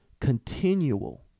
continual